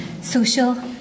social